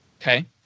Okay